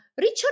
Richard